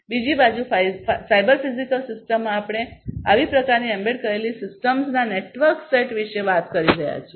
બીજી બાજુ cyber physical સિસ્ટમમાં આપણે આવી પ્રકારની એમ્બેડ કરેલી સિસ્ટમ્સના નેટવર્ક સેટ વિશે વાત કરી રહ્યા છીએ